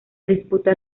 disputa